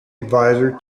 adviser